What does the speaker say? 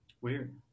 weird